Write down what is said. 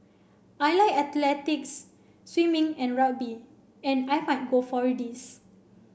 I like athletics swimming and rugby and I might go for these